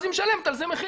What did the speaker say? אז היא משלמת על זה מחיר,